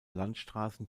landstraßen